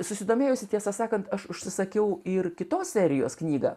susidomėjusi tiesą sakant aš užsisakiau ir kitos serijos knygą